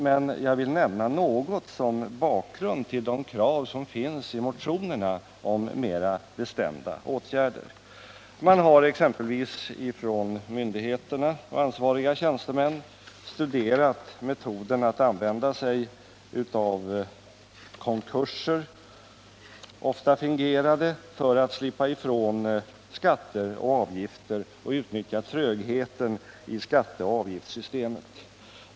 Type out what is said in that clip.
Men jag vill nämna något som bakgrund till de krav som ställs i motionerna om mer bestämda åtgärder. Ansvariga tjänstemän vid myndigheterna har exempelvis studerat metoden att använda sig av konkurser, ofta fingerade, för att slippa ifrån skatter och avgifter. Man utnyttjar då trögheten i skatteoch avgiftssystemet.